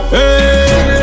Hey